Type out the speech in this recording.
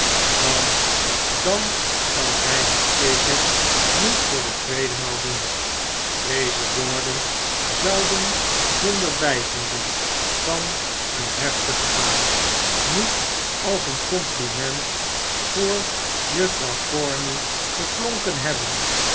dan dan zal hij het zeker niet voor de tweede maal doen deze woorden zouden zonder bijvoeding van een heftig gebaar niet als een compliment voor juffrouw corney geklonken hebben